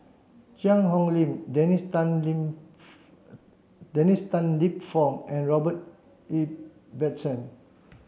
Cheang Hong Lim Dennis Tan Lip Dennis Tan Lip Fong and Robert Ibbetson